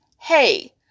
Hey